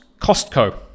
Costco